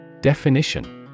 Definition